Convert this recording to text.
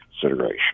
consideration